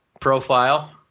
profile